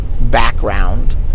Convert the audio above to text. background